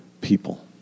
people